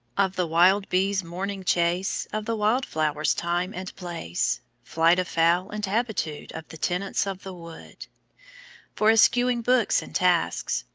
of the wild bee's morning chase, of the wild-flower's time and place, flight of fowl, and habitude of the tenants of the wood for, eschewing books and tasks,